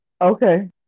Okay